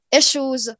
issues